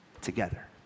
together